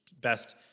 best